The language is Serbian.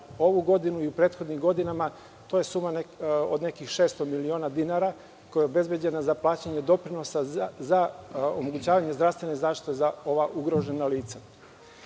ovu godinu i prethodnim godinama, to je suma od nekih šest miliona dinara koja je obezbeđena za plaćanje doprinosa za omogućavanje zdravstvene zaštite za ova ugrožena lica. Prema